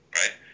right